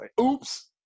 Oops